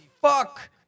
fuck